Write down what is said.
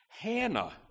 Hannah